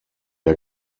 der